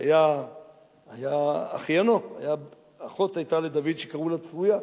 שהיה אחיינו, אחות היתה לדוד שקראו לה צרויה,